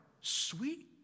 sweet